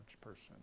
person